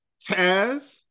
Taz